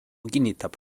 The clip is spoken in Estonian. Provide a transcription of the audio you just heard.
kinnitab